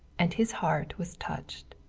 and his heart was touched.